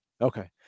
Okay